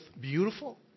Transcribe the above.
beautiful